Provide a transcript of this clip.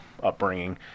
upbringing